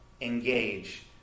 engage